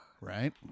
Right